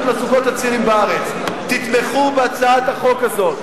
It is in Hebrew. לזוגות הצעירים בארץ: תתמכו בהצעת החוק הזאת,